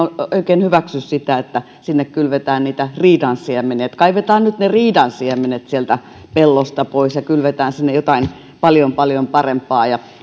en oikein hyväksy sitä että sinne peltoon kylvetään niitä riidan siemeniä että kaivetaan nyt ne riidan siemenet sieltä pellosta pois ja kylvetään sinne jotain paljon paljon parempaa